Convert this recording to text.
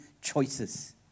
choices